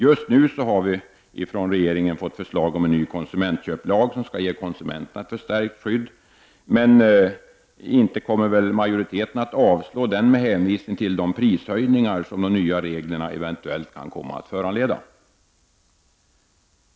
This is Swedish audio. Just nu har vi från regeringen fått förslag om en ny konsumentköplag som skall ge konsumenterna ett förstärkt skydd, men inte kommer väl majoriteten att avslå det med hänvisning till de prishöjningar som de nya reglerna eventuellt kan medföra?